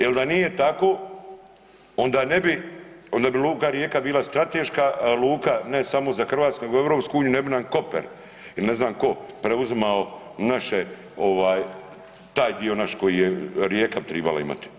Jer da nije tako onda ne bi, onda bi luka Rijeka bila strateška luka ne samo za hrvatsku nego za EU i ne bi nam Koper ili ne znam tko preuzimao naše, taj dio naš koji je Rijeka tribala imati.